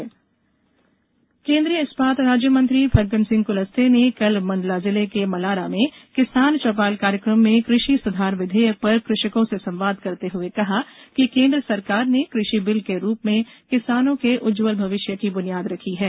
कुलस्ते केंद्रीय इस्पात राज्यमंत्री फग्गनसिंह कुलस्ते ने कल मंडला जिले के मलारा में किसान चौपाल कार्यक्रम में कृषि सुधार विधेयक पर कृषकों से संवाद करते हुए कहा कि केंद्र सरकार ने कृषि बिल के रूप में किसानों के उज्ज्वल भविष्य की बुनियाद रखी है